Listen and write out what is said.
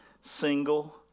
single